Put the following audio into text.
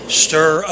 stir